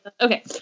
Okay